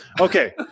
Okay